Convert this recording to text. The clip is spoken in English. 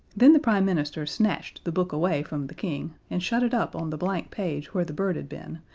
then the prime minister snatched the book away from the king and shut it up on the blank page where the bird had been,